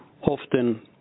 often